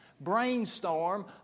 brainstorm